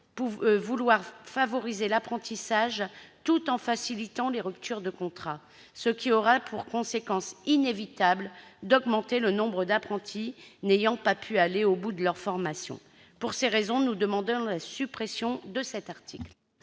prétende favoriser l'apprentissage tout en facilitant les ruptures de contrat, ce qui aurait pour conséquence inévitable d'augmenter le nombre d'apprentis n'ayant pas pu achever leur formation. Pour ces raisons, nous demandons la suppression de cet article.